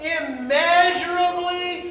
immeasurably